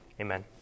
amen